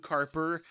Carper